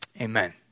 Amen